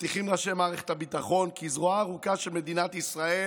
מבטיחים ראשי מערכת הביטחון כי זרועה הארוכה של מדינת ישראל